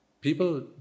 people